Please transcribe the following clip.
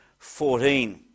14